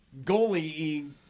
goalie